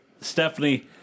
Stephanie